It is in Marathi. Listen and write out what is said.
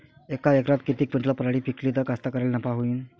यका एकरात किती क्विंटल पराटी पिकली त कास्तकाराइले नफा होईन?